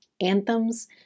anthems